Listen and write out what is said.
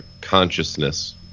consciousness